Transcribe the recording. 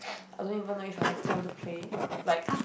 I don't even know if I have time to play like